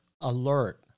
alert